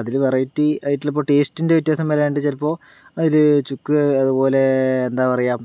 അതിൽ വെറൈറ്റി ആയിട്ടിപ്പോൾ ടേസ്റ്റിൻ്റെ വ്യത്യാസം വരാതെ ചിലപ്പോൾ അതിൽ ചുക്ക് അതുപോലെ എന്താ പറയുക